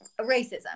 racism